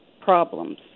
problems